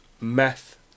meth